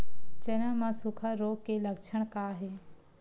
चना म सुखा रोग के लक्षण का हे?